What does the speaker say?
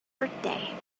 birthday